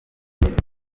byiza